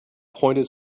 pointed